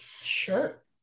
Sure